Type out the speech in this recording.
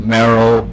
Marrow